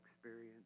experience